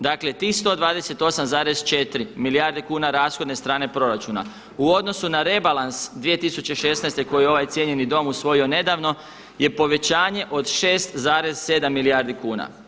Dakle, tih 128,4 milijarde kuna rashodne strane proračuna u odnosu na rebalans 2016. godine koji je ovaj cijenjeni Dom usvojio nedavno, je povećanje od 6,7 milijardi kuna.